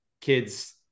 kids